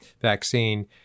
vaccine